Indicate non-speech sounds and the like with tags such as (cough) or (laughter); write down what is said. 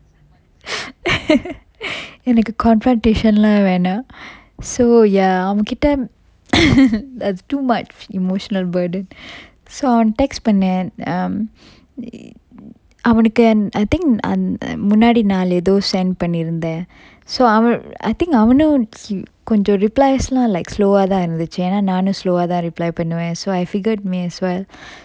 (laughs) எனக்கு:enakku confrontation lah வேணாம்:venam so ya அவன் கிட்ட:avan kitta (laughs) is too much emotional burden so அவன்:avan text பண்ணன்:pannan um அவனுக்கு:avanukku and I think அந்~ முன்னாடி நாள் ஏதோ:anth~ munnadi naal etho send பண்ணி இருந்தன்:panni irunthan so ava~ I think அவனும் கொஞ்சம்:avanum konjam replies lah like slow ah தான் இருந்துச்சி ஏன்னா நானும்:than irunthuchi eanna nanum slow ah தான்:than reply பண்ணுவன்:pannuvan I figured me as well